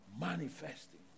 manifesting